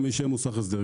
מי שכבר עכשיו מוסך הסדר,